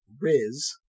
Riz